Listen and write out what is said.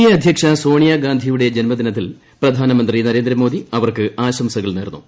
A അധ്യക്ഷ സോണിയാ ഗാന്ധിയുടെ ജന്മദിനത്തിൽ പ്രധാനമന്ത്രി നരേന്ദ്രമോദി അവർക്ക് ആശംസകൾ നേർന്നു